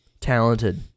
talented